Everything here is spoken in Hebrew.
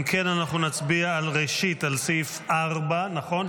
אם כן, אנחנו נצביע ראשית על סעיף 4, נכון?